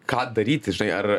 ką daryti žinai ar